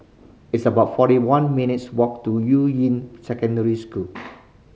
it's about forty one minutes' walk to Yuying Secondary School